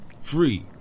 Free